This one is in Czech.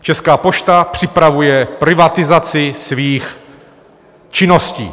Česká pošta připravuje privatizaci svých činností.